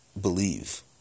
believe